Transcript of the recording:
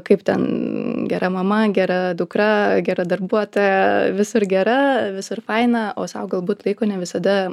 kaip ten gera mama gera dukra gera darbuotoja visur gera visur faina o sau galbūt laiko ne visada